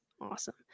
awesome